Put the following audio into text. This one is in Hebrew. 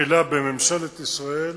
שמתחילה בממשלת ישראל